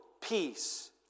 peace